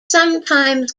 sometimes